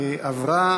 עברה